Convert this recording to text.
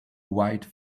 white